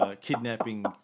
Kidnapping